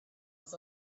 was